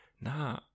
nah